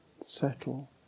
settle